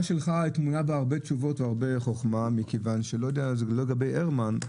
הרבה תשובות והרבה חוכמה מכיוון שלא יודע לגבי הרמן,